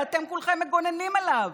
ואתם כולכם מגוננים עליו.